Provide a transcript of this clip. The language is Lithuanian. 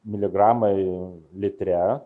miligramai litre